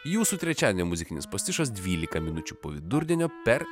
jūsų trečiadienio muzikinis pastišas dvylika minučių po vidurdienio per